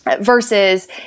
versus